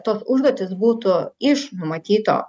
tos užduotys būtų iš numatyto